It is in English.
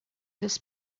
this